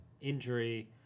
injury